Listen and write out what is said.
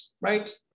right